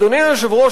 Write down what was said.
אדוני היושב-ראש,